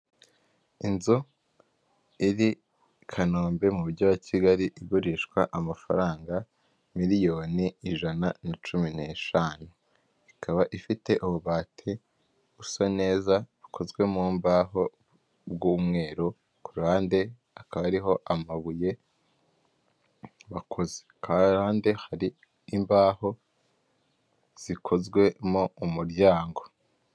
Inzu iri i Kanombe mu mujyi wa Kigali igurishwa amafaranga miliyoni ijana na cumi n'eshanu. Ikaba ifite ububati busa neza, bukozwe mu mbaho bw'umweru, ku ruhande hakaba hariho amabuye akoze kandi hari imbaho zikozwemo umuryango.